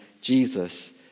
Jesus